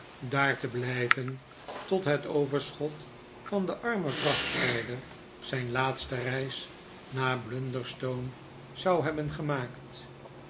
daar te blijven tot het overschot van den armen vrachtrijder zijn laatste reis naar blunderstone zou hebben gemaakt